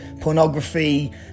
pornography